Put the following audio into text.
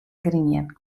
grien